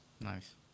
Nice